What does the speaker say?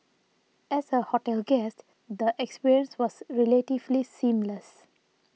as a hotel guest the experience was relatively seamless